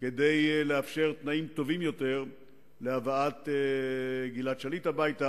כדי לאפשר תנאים טובים יותר להבאת גלעד שליט הביתה,